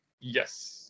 Yes